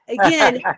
Again